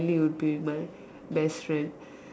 would be my best friend